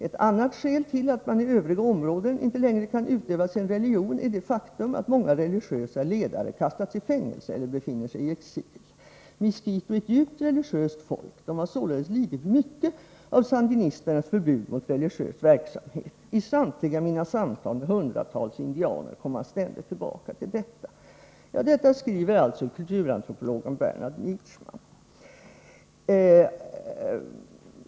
Ett annat skäl till att man i övriga områden inte längre kan utöva sin religion är det faktum att många religiösa ledare kastats i fängelse eller befinner sig i exil. ———-——- Miskitu är ett djupt religiöst folk. De har således lidit mycket av sandinisternas förbud mot religiös verksamhet. I samtliga mina samtal med hundratals indianer kommer man ständigt tillbaka till detta.” Så skriver alltså kulturantropologen Bernard Nietschmann.